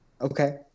Okay